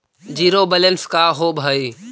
Zero balance का होव हइ?